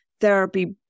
therapy